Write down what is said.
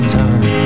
time